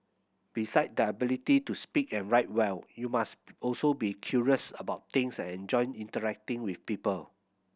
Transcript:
beside the ability to speak and write well you must also be curious about things and enjoy interacting with people